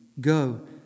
Go